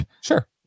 Sure